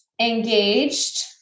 engaged